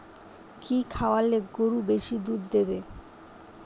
কি খাওয়ালে গরু বেশি দুধ দেবে?